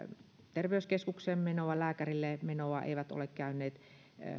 terveyskeskukseen menoa lääkärille menoa eivät ole käyneet